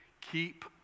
Keep